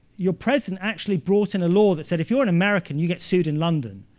your president actually brought in a law that said, if you're an american, you get sued in london,